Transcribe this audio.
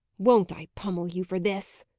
won't i pummel you for this!